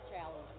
challenge